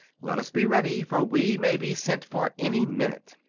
let us be ready, for we may be sent for any minute.